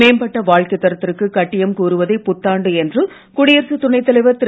மேம்பட்ட வாழ்க்கைத் தரத்திற்கு கட்டியம் கூறுவதே புத்தாண்டு என்று குடியரசுத் துணைத் தலைவர் திரு